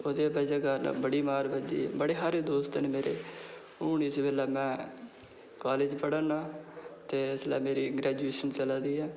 ओह्दी वजह कारण बड़ी मार बज्जी बड़े हारे दोस्त न मेरे ते हून इस बेल्लै में कॉलेज पढ़ा ना ते इसलै मेरी ग्रैजूएशन चला दी ऐ